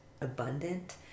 abundant